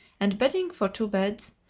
and bedding for two beds,